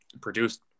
produced